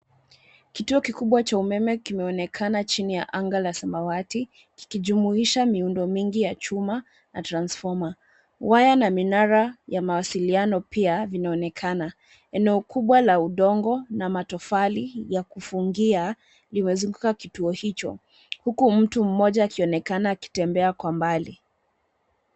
Kituo kikubwa cha umeme kimeonekana chini ya anga la samawati, kikijumuisha miundo mingi ya chuma na transformer. Waya na minara ya mawasiliano pia vinanonekana. Eneo kubwa la udongo na matofali ya kufungia limezunguka kituo hicho huku mtu mmoja akionekana akitembea kwa mbali.